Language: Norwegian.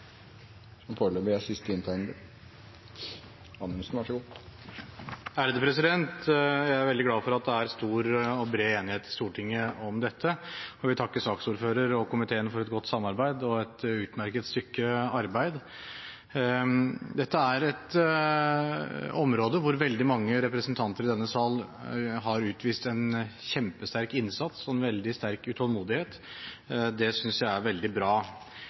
stor og bred enighet i Stortinget om dette, og jeg vil takke saksordføreren og komiteen for et godt samarbeid og et utmerket stykke arbeid. Dette er et område hvor veldig mange representanter i denne sal har utvist en kjempesterk innsats og en veldig sterk utålmodighet. Det synes jeg er veldig bra.